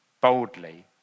boldly